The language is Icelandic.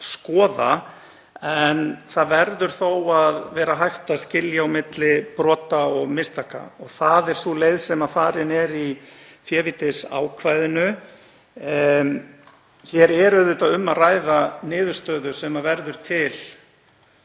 en þó verður að vera hægt að skilja á milli brota og mistaka og það er sú leið sem farin er í févítisákvæðinu. Hér er auðvitað um að ræða niðurstöðu sem verður til